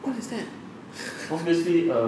what is that